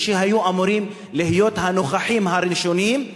מי שהיו אמורים להיות הנוכחים הראשונים,